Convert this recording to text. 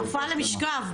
"נפל למשכב",